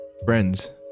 friends